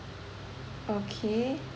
okay